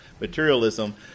materialism